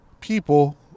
people